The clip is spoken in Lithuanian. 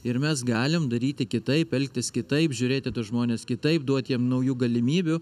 ir mes galim daryti kitaip elgtis kitaip žiūrėt į tuos žmones kitaip duoti jiem naujų galimybių